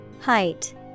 Height